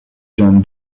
john